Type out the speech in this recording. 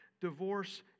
Divorce